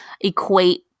equate